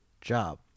job